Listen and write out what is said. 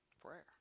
prayer